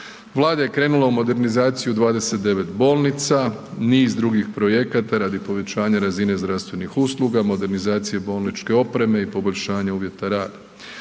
Vlada je krenula u modernizaciju 29 bolnica, niz drugih projekata radi povećanja razine zdravstvenih usluga, modernizacije bolničke opreme i poboljšanje uvjeta rada.